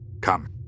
Come